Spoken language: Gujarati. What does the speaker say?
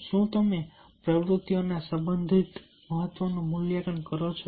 શું તમે પ્રવૃત્તિઓના સંબંધિત મહત્વનું મૂલ્યાંકન કરો છો